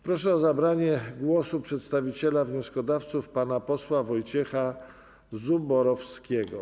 Proszę o zabranie głosu przedstawiciela wnioskodawców pana posła Wojciecha Zuborowskiego.